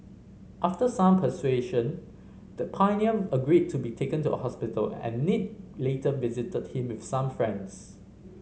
after some persuasion the pioneer agreed to be taken to hospital and Nick later visited him with some friends